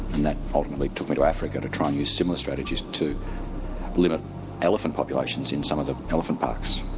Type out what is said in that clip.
and that ultimately took me to africa to try and use similar strategies to limit elephant populations in some of the elephant parks.